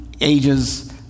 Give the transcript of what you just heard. ages